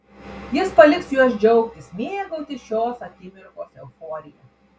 jis paliks juos džiaugtis mėgautis šios akimirkos euforija